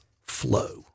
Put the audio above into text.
flow